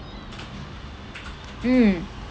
mm